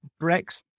Brexit